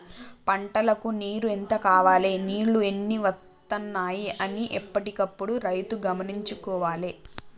పంటలకు నీరు ఎంత కావాలె నీళ్లు ఎన్ని వత్తనాయి అన్ని ఎప్పటికప్పుడు రైతు గమనించుకోవాలె